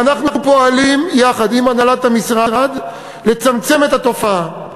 ואנחנו פועלים יחד עם הנהלת המשרד לצמצם את התופעה.